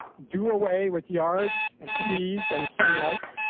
do away with yards and trees and sunlight,